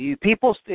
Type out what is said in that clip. People